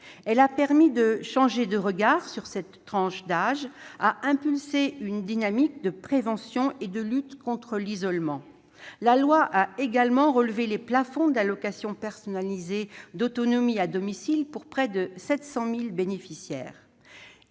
Elle a permis de changer de regard sur cette tranche d'âge, a impulsé une dynamique de prévention et de lutte contre l'isolement. La loi a également relevé les plafonds de l'allocation personnalisée d'autonomie à domicile pour près de 700 000 bénéficiaires.